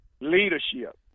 leadership